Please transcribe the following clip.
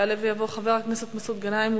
יעלה ויבוא חבר הכנסת מסעוד גנאים,